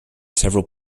several